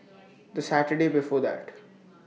The Saturday before that